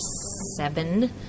seven